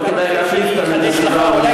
לא כדאי להחליף כאן את הסיבה והמסובב.